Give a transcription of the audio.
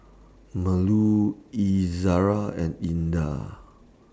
Melur Izara and Indah